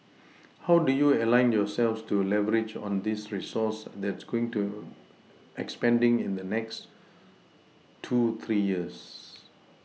how do you align yourselves to leverage on this resource that's going to expanding in the next two three years